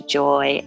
joy